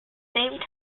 same